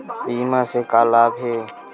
बीमा से का लाभ हे?